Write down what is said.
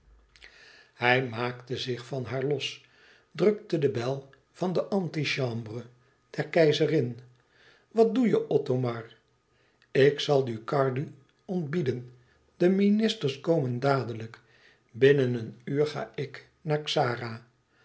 hij maakte zich van haar los drukte de bel van de anti chambre der keizerin wat doe je othomar ik zal ducardi ontbieden de ministers komen dadelijk binnen een uur ga ik naar xara